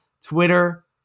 Twitter